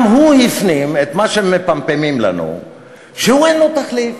אנחנו אומרים שאין לו חזון?